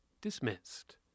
dismissed